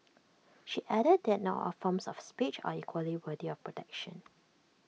she added that not all forms of speech are equally worthy of protection